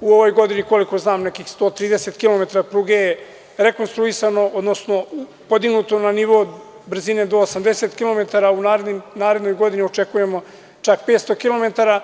u ovoj godini koliko znam nekih 130 km pruge je rekonstruisano, odnosno podignuto na nivo brzine do 80 km, a u narednim godinama očekujemo čak 500 km.